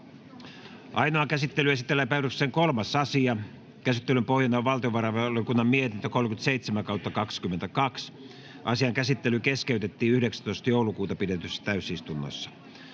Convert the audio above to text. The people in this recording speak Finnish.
Ainoaan käsittelyyn esitellään päiväjärjestyksen 3. asia. Käsittelyn pohjana on valtiovarainvaliokunnan mietintö VaVM 37/2022 vp. Asian käsittely keskeytettiin 19.12.2022 pidetyssä täysistunnossa.